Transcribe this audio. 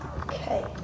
Okay